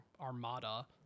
armada